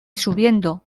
subiendo